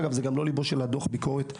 זה גם לא ליבו של דוח הביקורת הגדול,